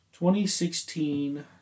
2016